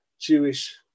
Jewish